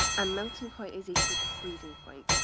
ah melting point is equal to freezing point.